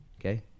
okay